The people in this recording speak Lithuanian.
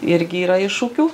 irgi yra iššūkių